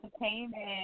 Entertainment